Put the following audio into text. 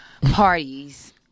parties